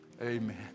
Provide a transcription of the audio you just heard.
Amen